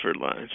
lines